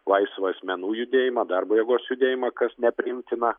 laisvą asmenų judėjimą darbo jėgos judėjimą kas nepriimtina